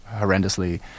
horrendously